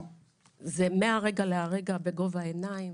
זה בגובה העיניים,